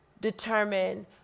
determine